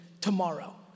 tomorrow